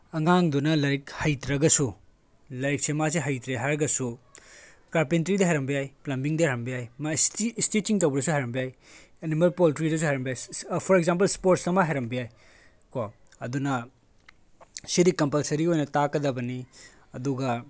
ꯑꯉꯥꯡꯗꯨꯅ ꯂꯥꯏꯔꯤꯛ ꯍꯩꯇ꯭ꯔꯒꯁꯨ ꯂꯥꯏꯔꯤꯛꯁꯦ ꯃꯥꯁꯦ ꯍꯩꯇ꯭ꯔꯦ ꯍꯥꯏꯔꯒꯁꯨ ꯀꯥꯔꯄꯦꯟꯇ꯭ꯔꯤꯗ ꯍꯩꯔꯝꯕ ꯌꯥꯏ ꯄ꯭ꯂꯝꯕ꯭ꯂꯤꯡꯗꯤ ꯍꯩꯔꯝꯕ ꯌꯥꯏ ꯃꯥ ꯏꯁꯇꯤꯠꯆꯤꯡ ꯇꯧꯕꯗꯁꯨ ꯍꯩꯔꯝꯕ ꯌꯥꯏ ꯑꯦꯅꯤꯃꯦꯜ ꯄꯣꯜꯇ꯭ꯔꯤꯗꯁꯨ ꯍꯩꯔꯝꯕ ꯌꯥꯏ ꯐꯣꯔ ꯑꯦꯛꯖꯥꯝꯄꯜ ꯏꯁꯄꯣꯔꯠꯁ ꯑꯃ ꯍꯩꯔꯝꯕ ꯌꯥꯏꯀꯣ ꯑꯗꯨꯅ ꯁꯤꯗꯤ ꯀꯝꯄꯜꯁꯔꯤ ꯑꯣꯏꯅ ꯇꯥꯛꯀꯗꯕꯅꯤ ꯑꯗꯨꯒ